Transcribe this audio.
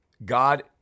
God